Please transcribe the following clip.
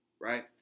right